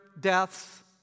deaths